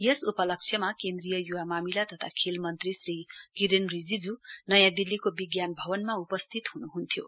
यस उपलक्ष्यमा केन्द्रिय युवा मामिला तथा खेल मन्त्री श्री किरेन रिजिज् नयाँ दिल्लीको विज्ञान भवनमा उपस्थित हनुहन्थ्यो